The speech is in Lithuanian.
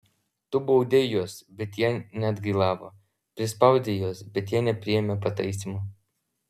tu baudei juos bet jie neatgailavo prispaudei juos bet jie nepriėmė pataisymo